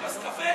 עם כוס קפה,